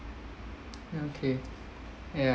okay ya